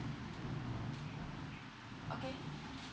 okay